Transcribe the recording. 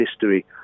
history